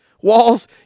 Walls